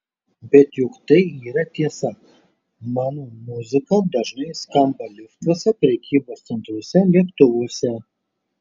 bet juk tai yra tiesa mano muzika dažnai skamba liftuose prekybos centruose lėktuvuose